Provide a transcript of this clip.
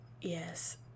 yes